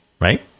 right